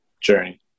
journey